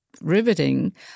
riveting